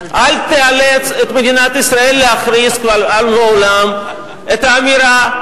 אל תאלץ את מדינת ישראל להכריז קבל עם ועולם את האמירה,